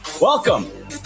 Welcome